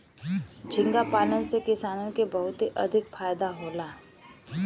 झींगा पालन से किसानन के बहुते अधिका फायदा होला